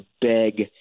beg